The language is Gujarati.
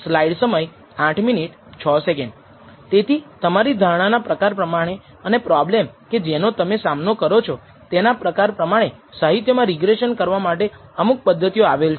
તેથી તમારી ધારણાના પ્રકાર પ્રમાણે અને પ્રોબ્લેમ કે જેનો તમે સામનો કરો છો તેના પ્રકાર પ્રમાણે સાહિત્યમા રિગ્રેસન કરવા માટે અમુક પદ્ધતિઓ આપેલ છે